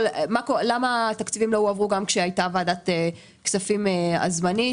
למה התקציבים לא הועברו גם כשהייתה ועדת כספים הזמנית?